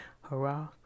Hurrah